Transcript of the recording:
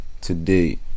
today